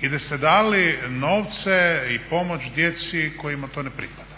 i da ste dali novce i pomoć djeci kojima to ne pripada,